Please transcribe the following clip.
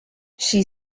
she